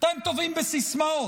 אתם טובים בסיסמאות,